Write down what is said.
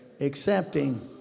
Accepting